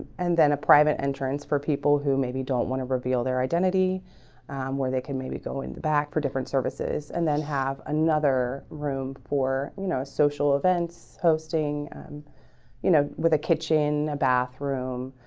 and then a private entrance for people who maybe don't want to reveal their identity where they can maybe go in the back for different services and then have another room for you know, social events hosting you know with a kitchen a bathroom